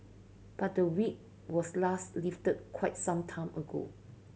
but the Whip was last lifted quite some time ago